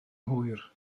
hwyr